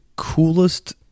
coolest